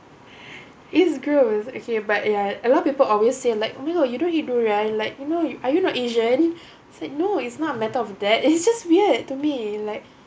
it's gross okay but ya a lot of people always say like oh my god you don't eat durian like you know you are you not asian I said no it's not a matter of that it's just weird to me like